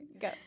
go